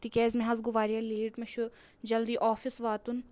تِکیازِ مےٚ حظ گوٚو واریاہ لَیٹ مےٚ چھُ جَلدی آفِس واتُن